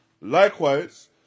Likewise